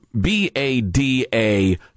B-A-D-A